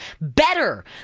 better